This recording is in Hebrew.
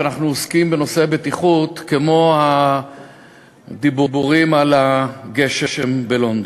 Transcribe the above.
שאנחנו עוסקים בנושא הבטיחות כמו בדיבורים על הגשם בלונדון: